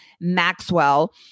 Maxwell